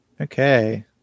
Okay